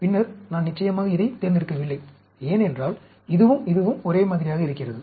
பின்னர் நான் நிச்சயமாக இதைத் தேர்ந்தெடுக்கவில்லை ஏனென்றால் இதுவும் இதுவும் ஒரே மாதிரியாக இருக்கிறது